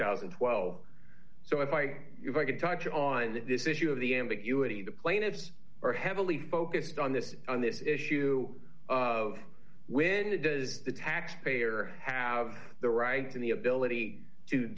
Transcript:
thousand and twelve so if i could touch on this issue of the ambiguity the plaintiffs are heavily focused on this on this issue of when does the taxpayer have the right d and the ability